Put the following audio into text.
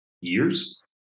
years